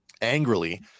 Angrily